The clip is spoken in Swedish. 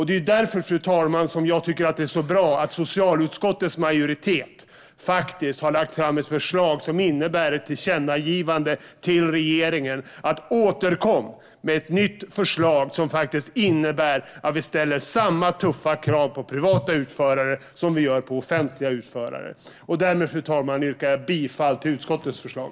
Det är därför, fru talman, som jag tycker att det är så bra att socialutskottets majoritet faktiskt har lagt fram ett förslag om ett tillkännagivande till regeringen med en uppmaning att återkomma med ett nytt förslag som innebär att vi ställer samma tuffa krav på privata och offentliga utförare. Därmed, fru talman, yrkar jag bifall till utskottets förslag.